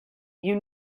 you